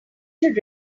should